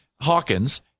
hawkins